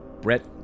Brett